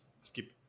Skip